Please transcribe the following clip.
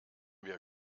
wir